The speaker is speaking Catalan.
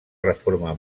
reforma